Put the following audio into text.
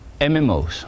MMOs